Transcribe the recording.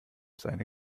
seine